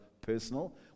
personal